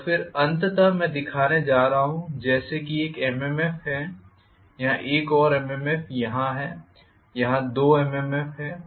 और फिर अंततः मैं दिखाने जा रहा हूं जैसे कि एक MMF है यहाँ एक और MMF यहाँ है यहाँ दो MMF हैं